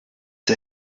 der